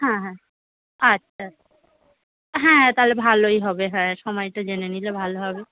হ্যাঁ হ্যাঁ আচ্ছা হ্যাঁ তাহলে ভালোই হবে হ্যাঁ সময়টা জেনে নিলে ভালো হবে